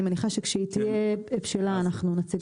אני מניחה שכשהיא תהיה בשלה אנחנו נציג אותה.